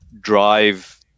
drive